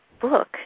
book